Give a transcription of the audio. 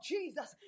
Jesus